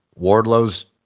wardlow's